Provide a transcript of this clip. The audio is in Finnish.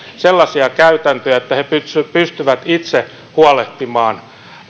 sellaisia käytäntöjä että he pystyvät itse huolehtimaan